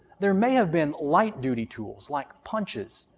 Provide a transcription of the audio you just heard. there may have been light-duty tools like punches,